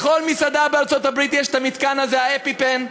בכל מסעדה בארצות-הברית יש המתקן הזה, האפיפן.